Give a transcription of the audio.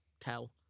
tell